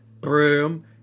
broom